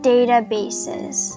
Databases